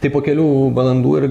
tai po kelių valandų ir